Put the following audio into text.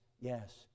yes